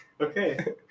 okay